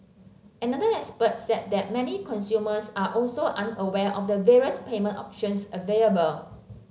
another expert said that many consumers are also unaware of the various payment options available